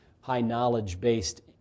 high-knowledge-based